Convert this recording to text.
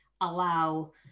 allow